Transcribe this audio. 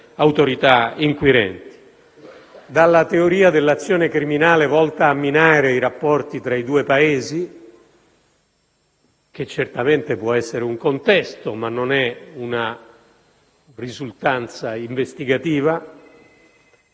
autorità inquirenti: dalla teoria dell'azione criminale volta a minare i rapporti tra i due Paesi (che certamente può essere un contesto, ma non è una risultanza investigativa),